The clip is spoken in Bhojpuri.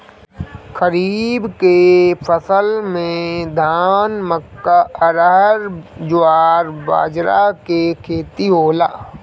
खरीफ के फसल में धान, मक्का, अरहर, जवार, बजरा के खेती होला